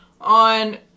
on